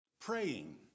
praying